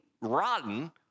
rotten